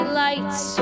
lights